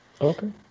Okay